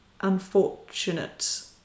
unfortunate